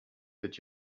that